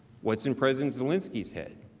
what is in president zelensky head.